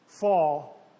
fall